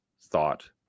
thought